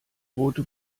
rote